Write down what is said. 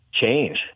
change